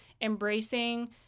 embracing